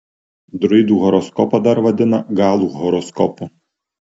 druidų horoskopą dar vadina galų horoskopu